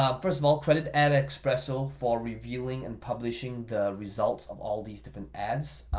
um first of all, credit adespresso for revealing and publishing the results of all these different ads.